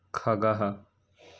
खगः